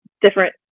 different